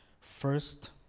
first